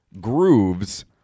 grooves